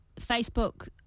Facebook